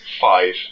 five